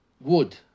wood